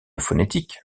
phonétique